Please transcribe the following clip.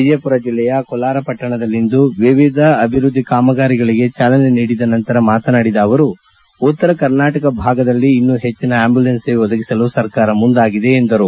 ವಿಜಯಮರ ಜಿಲ್ಲೆಯ ಕೊಲ್ವಾರ ಪಟ್ಟಣದಲ್ಲಿಂದು ವಿವಿಧ ಅಭಿವೃದ್ಧಿ ಕಾಮಗಾರಿಗಳಿಗೆ ಚಾಲನೆ ನೀಡಿದ ನಂತರ ಮಾತನಾಡಿದ ಅವರು ಉತ್ತರ ಕರ್ನಾಟಕ ಭಾಗದಲ್ಲಿ ಇನ್ನು ಹೆಚ್ಚಿನ ಆಂಬ್ಕುಲೆನ್ಸ್ ಸೇವೆ ಒದಗಿಸಲು ಸರ್ಕಾರ ಮುಂದಾಗಿದೆ ಎಂದರು